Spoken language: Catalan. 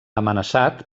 amenaçat